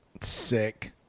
Sick